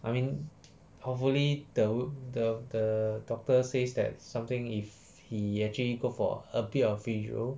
I mean hopefully the ro~ the the doctor says that something if he actually go for a bit of physiotherapy